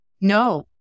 No